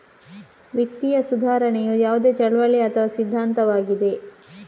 ವಿತ್ತೀಯ ಸುಧಾರಣೆಯು ಯಾವುದೇ ಚಳುವಳಿ ಅಥವಾ ಸಿದ್ಧಾಂತವಾಗಿದೆ